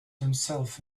himself